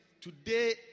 today